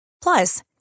Plus